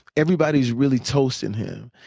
everybody's really toasting him.